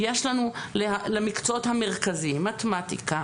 יש לנו למקצועות המרכזיים - מתמטיקה,